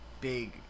big